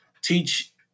teach